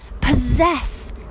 possess